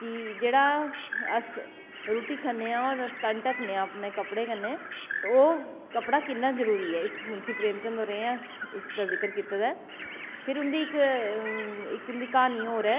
की जेह्ड़ा अस रुट्टी खन्ने आं होर तन ढक्कने आं अपने कपड़े कन्नै कि ओह् कपड़ा किन्ना जरूरी ऐ इस च जिकर कीते दा ऐ फिर उंदी इक्क क्हानी होर ऐ